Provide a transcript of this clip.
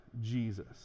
Jesus